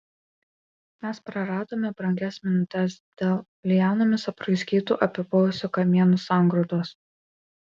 mes praradome brangias minutes dėl lianomis apraizgytų apipuvusių kamienų sangrūdos